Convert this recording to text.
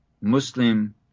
Muslim